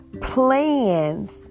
plans